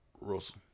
Russell